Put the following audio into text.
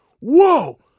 whoa